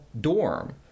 dorm